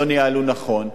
לא ניהלו נכון,